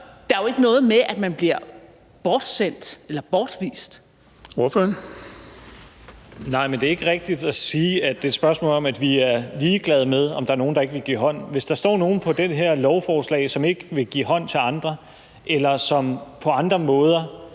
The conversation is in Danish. Ordføreren. Kl. 13:10 Rasmus Stoklund (S): Nej, det er ikke rigtigt at sige, at det er et spørgsmål om, at vi er ligeglade med, om der er nogle, der ikke vil give hånd. Hvis der står nogle på det her lovforslag, som ikke vil give hånd til andre, eller som på andre måder